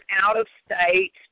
out-of-state